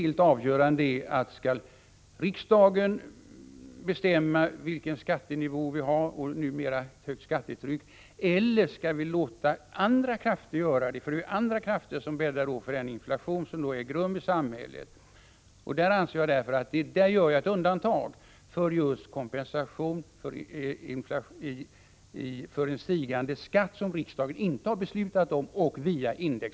Den avgörande frågan är om riksdagen skall bestämma vilken skattenivå vi skall ha — numera har vi ju ett högt skattetryck — eller om vi skall låta andra krafter göra det. Det är ju andra krafter som bäddar för den inflation som äger rum i samhället. Jag gör alltså ett undantag för just kompensation via indexskyddade skatteskalor för en stigande skatt som riksdagen inte har beslutat om.